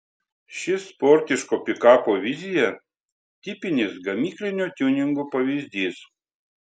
ši sportiško pikapo vizija tipinis gamyklinio tiuningo pavyzdys